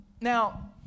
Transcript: Now